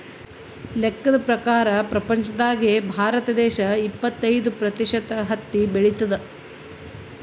ಲೆಕ್ಕದ್ ಪ್ರಕಾರ್ ಪ್ರಪಂಚ್ದಾಗೆ ಭಾರತ ದೇಶ್ ಇಪ್ಪತ್ತೈದ್ ಪ್ರತಿಷತ್ ಹತ್ತಿ ಬೆಳಿತದ್